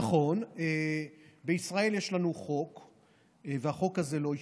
נכון, בישראל יש לנו חוק, והחוק הזה לא השתנה.